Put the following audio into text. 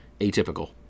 atypical